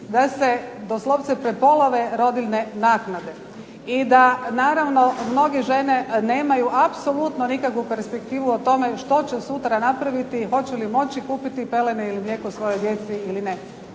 da se doslovce prepolove rodiljne naknade i da naravno mnoge žene nemaju nikakvu perspektivu o tome što će sutra napraviti i noće li moći kupiti pelene ili mlijeko svojoj djeci ili ne.